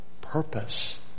purpose